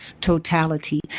totality